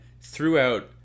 throughout